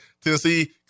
Tennessee